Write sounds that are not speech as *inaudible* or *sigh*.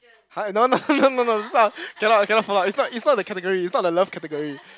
hi no *laughs* no no no no this type cannot cannot follow up it's not it's not the category it's not the love category